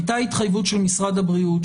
הייתה התחייבות של משרד הבריאות,